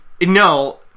No